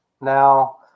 Now